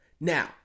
Now